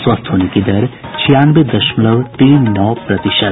स्वस्थ होने की दर छियानवे दशमलव तीन नौ प्रतिशत